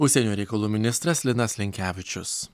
užsienio reikalų ministras linas linkevičius